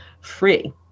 free